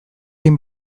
egin